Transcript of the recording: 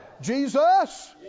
Jesus